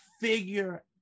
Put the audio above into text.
figure